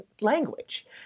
language